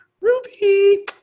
Ruby